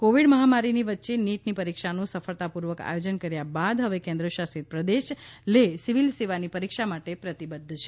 Covid મહામારીની વચ્યે નીટની પરીક્ષાનું સફળતાપૂર્વક આયોજન કર્યા બાદ હવે કેન્દ્ર શાસિત પ્રદેશ લેહ સિવિલ સેવાની પરીક્ષા માટે પ્રતિબદ્ધ છે